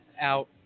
out